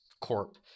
Corp